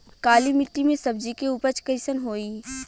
काली मिट्टी में सब्जी के उपज कइसन होई?